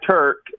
Turk